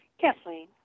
kathleen